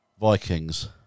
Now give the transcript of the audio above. vikings